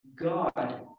God